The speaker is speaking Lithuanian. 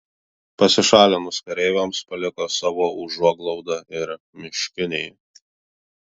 pasišalinus kareiviams paliko savo užuoglaudą ir miškiniai